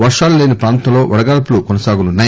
వర్గాలు లేని ప్రాంతంలో వడగాడ్సులు కొనసాగనున్నాయి